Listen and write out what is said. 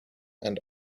and